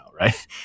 Right